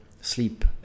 sleep